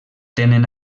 tenen